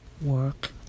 work